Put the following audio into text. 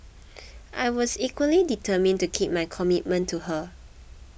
I was equally determined to keep my commitment to her